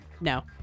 No